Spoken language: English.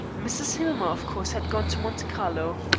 mrs. hillmer, of course, had gone to monte carlo.